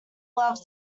love